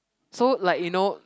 so like you know